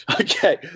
Okay